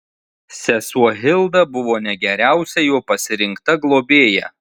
sesuo hilda buvo ne geriausia jo pasirinkta globėja